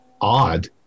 odd